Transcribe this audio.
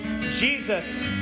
Jesus